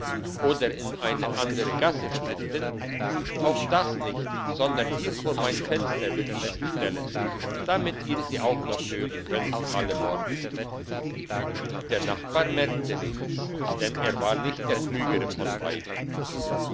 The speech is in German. oder in eine andere gasse stiften auch das nicht sondern hier vor mein fenster will ich sie stellen damit ihr sie auch noch hören könnt alle morgen der nachbar merkte nichts denn er war nicht der klügere von beiden